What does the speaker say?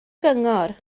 gyngor